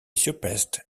surpassed